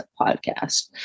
podcast